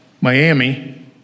Miami